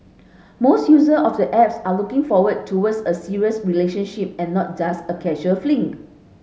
most user of the apps are looking forward towards a serious relationship and not just a casual fling